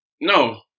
No